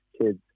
kids